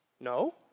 No